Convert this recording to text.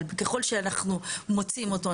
אבל ככל שאנחנו מוצאים אותו,